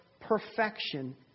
Perfection